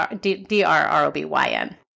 D-R-R-O-B-Y-N